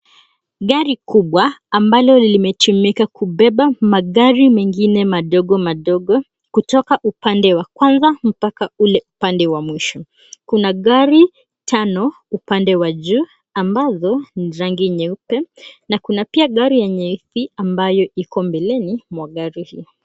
Gari kubwa ambalo limetumika kubeba magari mengine madogo madogo kutoka upande wa kwanza mpake kule upande wa mwisho. Kuna gari tano upande wa juu ambazo ni rangi nyeupe na kuna pia gari ya nyeusi ambayo iko mbeleni mwa gari hio.